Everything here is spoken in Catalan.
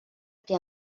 que